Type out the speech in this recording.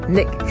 Nick